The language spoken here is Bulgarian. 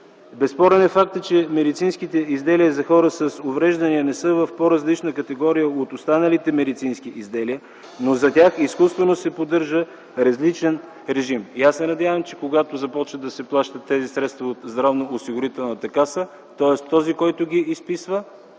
Безспорен е фактът, че медицинските изделия за хората с увреждания не са в по-различна категория от останалите медицински изделия, но за тях изкуствено се поддържа различен режим. Аз се надявам, че когато започнат да се плащат тези средства от Здравноосигурителната каса, тоест този, който ги изписва,